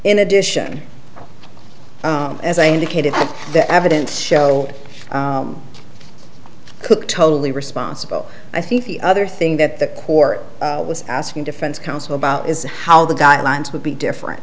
addition as i indicated the evidence show cook totally responsible i think the other thing that the court was asking defense counsel about is how the guidelines would be different